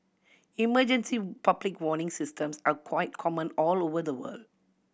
emergency public warning systems are quite common all over the world